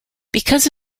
because